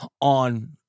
on